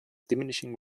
diminishing